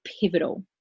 pivotal